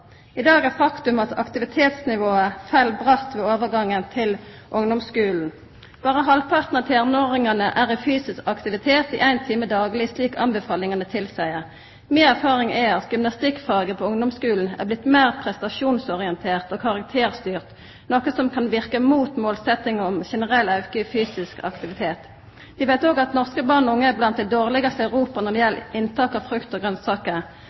I dag er faktum at aktivitetsnivået fell bratt ved overgangen til ungdomsskulen. Berre halvparten av tenåringane er i fysisk aktivitet i ein time dagleg, slik anbefalingane tilseier. Mi erfaring er at gymnastikkfaget på ungdomsskulen har vorte meir prestasjonsorientert og karakterstyrt, noko som kan verka mot målsetjinga om generell auke i fysisk aktivitet. Vi veit også at norske barn og unge er blant dei dårlegaste i Europa når det gjeld inntak av frukt og grønsaker.